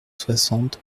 soixante